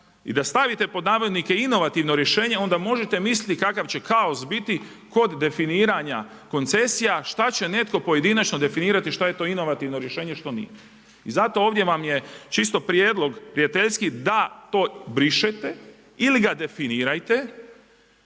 i da stavite pod navodnike inovativno rješenje onda možete misliti kakav će kaos biti kod definiranja koncesija, šta će netko pojedinačno definirati šta je to inovativno rješenje, što nije. I zato ovdje vam je čisto prijedlog prijateljski da to brišete ili ga definirajte